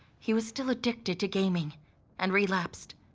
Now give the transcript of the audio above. he was still addicted to gaming and relapsed,